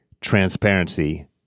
transparency